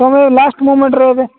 ତୁମେ ଲାଷ୍ଟ ମୋମେଣ୍ଟ୍ରେ ରହିବ